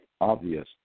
obvious